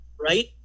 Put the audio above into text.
right